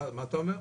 מה אתה אומר?